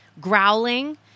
growling